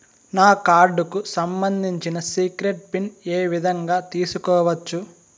నా కార్డుకు సంబంధించిన సీక్రెట్ పిన్ ఏ విధంగా తీసుకోవచ్చు?